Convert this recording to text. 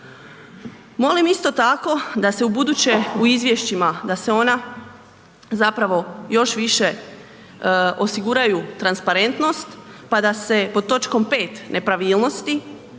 Molim isto tako, da se ubuduće u izvješćima, da se ona zapravo još više osiguraju transparentnost pa da se pod točkom 5. Nepravilnosti,